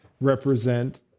represent